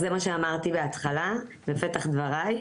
זה מה שאמרתי בפתח דבריי,